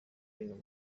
hino